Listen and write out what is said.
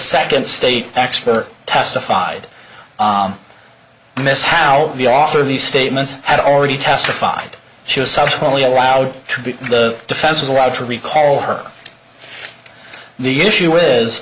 second state expert testified miss how the author of these statements had already testified she was subsequently allowed to be the defense was allowed to recall her the issue is